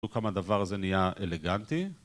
תראו כמה הדבר הזה נהיה אלגנטי